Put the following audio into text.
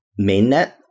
mainnet